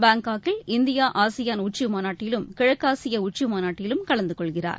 பாங்காக்கில் இந்திய ஆசியான் உச்சிமாநாட்டிலும் கிழக்காசியா உச்சிமாநாட்டிலும் கலந்துகொள்கிறார்